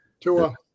Tua